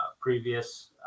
previous